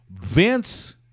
Vince